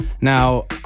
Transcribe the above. Now